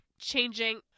changing